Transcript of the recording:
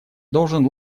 должен